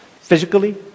Physically